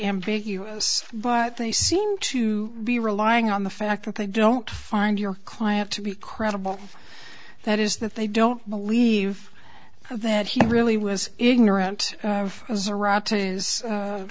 ambiguous but they seem to be relying on the fact that they don't find your client to be credible that is that they don't believe that he really was ignorant